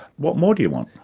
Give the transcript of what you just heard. what more do you want?